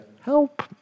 help